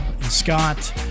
Scott